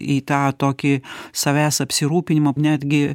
į tą tokį savęs apsirūpinimą netgi